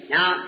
Now